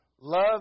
Love